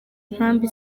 nkambi